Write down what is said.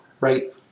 right